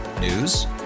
News